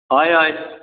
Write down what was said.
हय हय